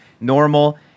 normal